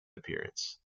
appearance